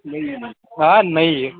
آ نٔیی